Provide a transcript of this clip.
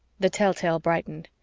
the telltale brightened.